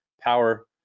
power